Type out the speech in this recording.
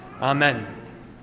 Amen